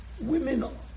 women